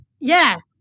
Yes